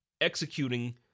executing